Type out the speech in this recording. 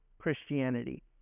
Christianity